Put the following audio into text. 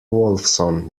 wolfson